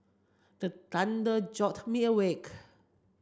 the thunder jolt me awake